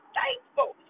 thankful